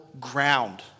ground